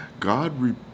God